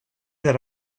that